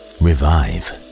revive